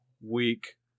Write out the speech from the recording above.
week